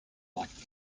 like